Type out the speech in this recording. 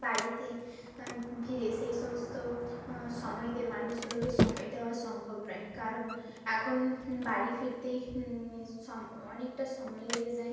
বাড়িতে ফিরে সেই সমস্ত সময় দিয়ে মানুষগুলোকে সময় দেওয়া সম্ভব নয় কারণ এখন বাড়ি ফিরতেই সম অনেকটা সময় লেগে যায়